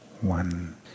one